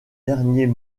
derniers